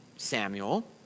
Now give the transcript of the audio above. samuel